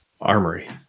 Armory